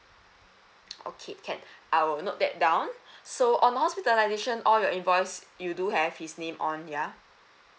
okay can I will note that down so on hospitalisation all your invoice you do have his name on ya